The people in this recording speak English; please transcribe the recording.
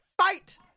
fight